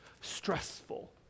stressful